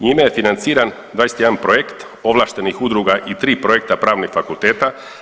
Njime je financiran 21 projekt ovlaštenih udruga i 3 projekta pravnih fakulteta.